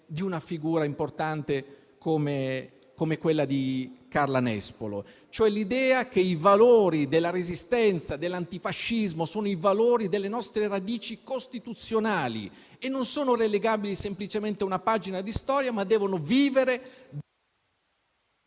di una figura importante come quella di Carla Nespolo, cioè l'idea che i valori della Resistenza e dell'antifascismo sono i valori delle nostre radici costituzionali e non sono relegabili semplicemente a una pagina di storia, ma devono vivere